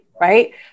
right